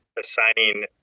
assigning